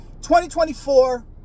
2024